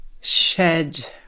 shed